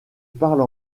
parle